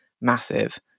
massive